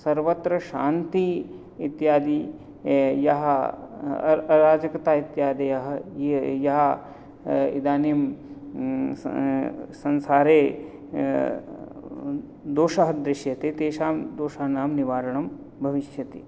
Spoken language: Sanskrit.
सर्वत्र शान्तिः इत्यादि यः अ अराजकता इत्यादयः याः इदानीं संसारे दोषाः दृश्यते तेषां दोषानाम् निवारणं भविष्यति